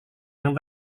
yang